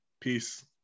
Peace